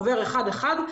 עבור אחד אחד.